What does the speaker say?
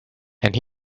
and